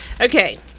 Okay